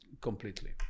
completely